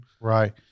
Right